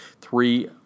three